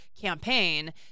campaign